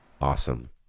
Awesome